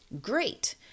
great